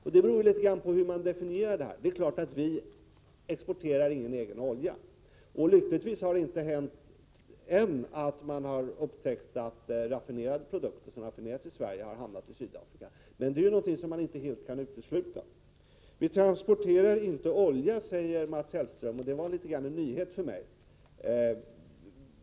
Men det beror litet grand på hur man definierar denna verksamhet. Vi exporterar inte någon egen olja, och lyckligtvis har man ännu inte upptäckt att raffinerade produkter, som raffinerats i Sverige, har hamnat i Sydafrika. Man kan emellertid inte utesluta att detta sker. Mats Hellström säger att vi inte transporterar olja, vilket var något av en nyhet för mig.